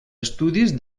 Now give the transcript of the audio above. estudis